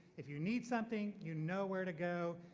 if you need something, you know where to go.